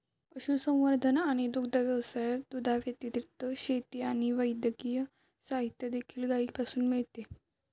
पशुसंवर्धन आणि दुग्ध व्यवसायात, दुधाव्यतिरिक्त, शेती आणि वैद्यकीय साहित्य देखील गायीपासून मिळते